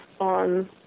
on